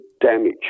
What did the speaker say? damage